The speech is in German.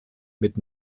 mit